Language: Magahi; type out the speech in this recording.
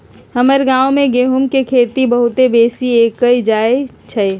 हमर गांव में गेहूम के खेती बहुते बेशी कएल जाइ छइ